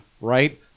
Right